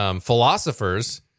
Philosophers